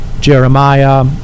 Jeremiah